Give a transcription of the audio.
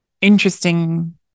interesting